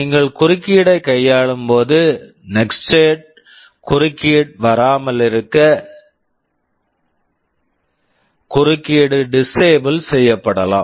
நீங்கள் குறுக்கீடை கையாளும்போது நெஸ்டேட் nested குறுக்கீடு வராமல் இருக்க குறுக்கீடு டிஸ்ஸேபிள் disable செய்யப்படலாம்